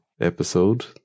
episode